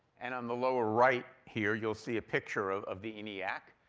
and on the lower right here, you'll see a picture of of the eniac.